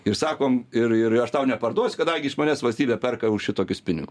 ir sakom ir ir aš tau neparduosiu kadangi iš manęs valstybė perka už šitokius pinigus